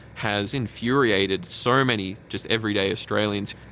has infuriated so many just everyday australians,